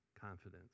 confidence